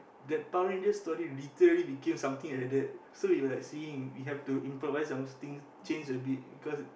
that Power-Ranger story literally became something like that so we were like seeing we have to improvise something change a bit cause